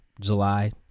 July